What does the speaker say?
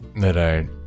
Right